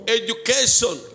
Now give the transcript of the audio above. education